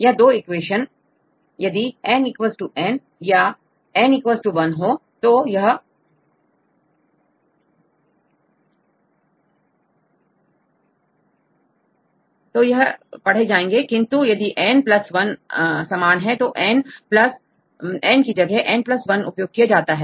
यह दो इक्वेशन यदि N n or N 1तो यह ओबे करते हुए पढ़े जाएंगे किंतु यदि एन प्लस वन समान है तोn जगह n 1 उपयोग किया जाता है